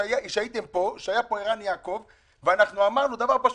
היה פה ערן יעקב ואמרנו דבר פשוט: